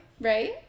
right